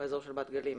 באזור של בת גלים.